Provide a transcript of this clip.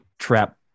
trap